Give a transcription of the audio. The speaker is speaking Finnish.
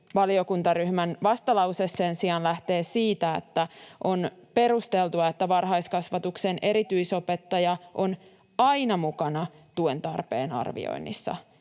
valiokuntaryhmän vastalause sen sijaan lähtee siitä, että on perusteltua, että varhaiskasvatuksen erityisopettaja on aina mukana tuen tarpeen arvioinnissa